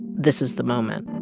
this is the moment